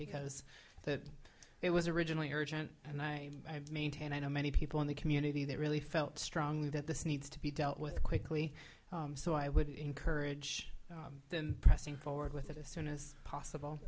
because that it was originally urgent and i have maintained i know many people in the community that really felt strongly that this needs to be dealt with quickly so i would encourage then pressing forward with it as soon as possible